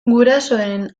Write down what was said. gurasoen